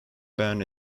ban